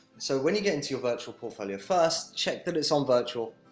so, when you get into your virtual portfolio, first check that it's on virtual.